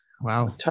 Wow